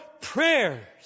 prayers